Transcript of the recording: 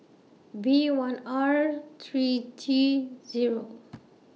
V one R three G Zero